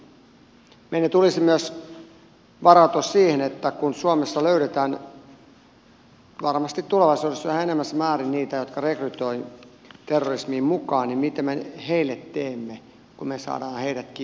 meidän tulisi myös varautua siihen että kun suomessa löydetään varmasti tulevaisuudessa yhä enenevässä määrin niitä jotka rekrytoivat terrorismiin mukaan niin mitä me heille teemme kun me saamme heidät kiinni sellaisesta toiminnasta